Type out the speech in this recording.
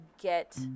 get